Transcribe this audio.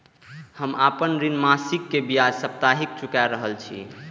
हम आपन ऋण मासिक के ब्याज साप्ताहिक चुका रहल छी